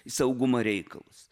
į saugumo reikalus